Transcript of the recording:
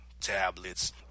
tablets